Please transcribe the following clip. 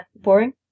Boring